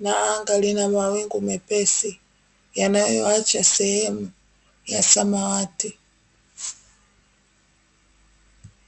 na anga lina mawingu mepesi yanayoacha sehemu ya samawati.